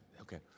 Okay